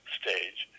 stage